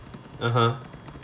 (uh huh)